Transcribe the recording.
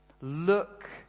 Look